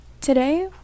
today